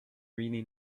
really